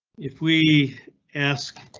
if we ask.